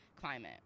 climate